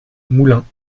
moulins